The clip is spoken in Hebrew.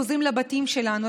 אנחנו חוזרים לבתים שלנו,